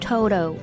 Toto